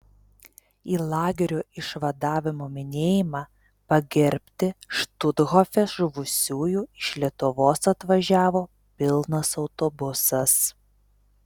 į lagerio išvadavimo minėjimą pagerbti štuthofe žuvusiųjų iš lietuvos atvažiavo pilnas autobusas